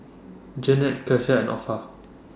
Jeannette Kecia and Opha